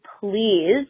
please